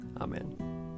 amen